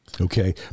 Okay